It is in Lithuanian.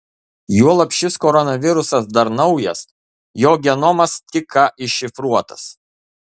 juolab šis koronavirusas dar naujas jo genomas tik ką iššifruotas